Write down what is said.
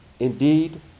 Indeed